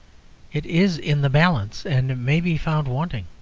it is in the balance and may be found wanting.